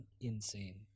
insane